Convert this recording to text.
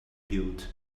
built